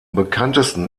bekanntesten